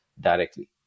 directly